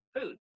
food